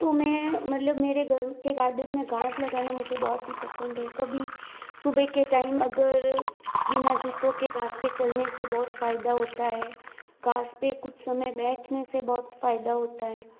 तो मैं मतलब मेरे घर के गार्डन में घास लगाना मुझे बहुत ही पसंद है कभी सुबह के टाइम अगर बिना जूतों के घास पे चलने से बहुत फ़ायदा होता है घास पे कुछ समय बैठने से बहुत फ़ायदा होता है